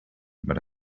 but